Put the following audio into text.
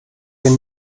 den